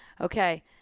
Okay